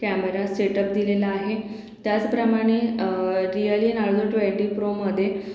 camera setup दिलेला आहे त्याचप्रमाणे रियली नार्जो ट्वेंटी प्रोमध्ये